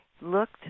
looked